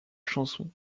chanson